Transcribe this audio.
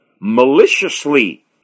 maliciously